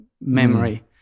memory